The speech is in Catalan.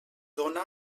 dóna